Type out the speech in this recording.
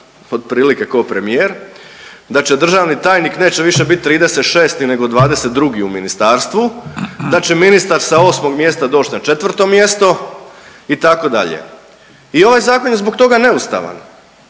otprilike ko premijer, da će državni tajnik neće više biti 36 nego 22 u ministarstvu, da će ministar sa 8 mjesta doći na 4 mjesto itd. I ovaj zakon je zbog toga neustavan